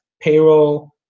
payroll